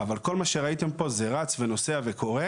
אבל כל מה שראיתם פה זה רץ ונוסע וקורה.